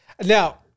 Now